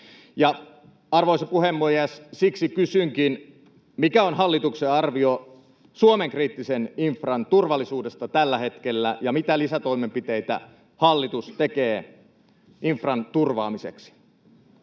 arvoisa puhemies, siksi kysynkin: mikä on hallituksen arvio Suomen kriittisen infran turvallisuudesta tällä hetkellä, ja mitä lisätoimenpiteitä hallitus tekee infran turvaamiseksi?